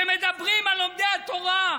שמדברים על לומדי התורה?